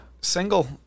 single